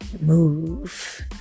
Move